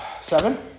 Seven